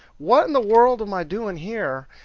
what in the world am i doing here?